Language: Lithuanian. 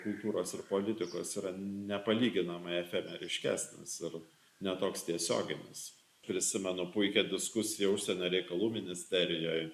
kultūros ir politikos yra nepalyginamai efemeriškesnis ir ne toks tiesioginis prisimenu puikią diskusiją užsienio reikalų ministerijoj